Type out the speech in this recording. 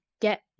get